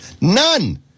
None